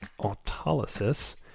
autolysis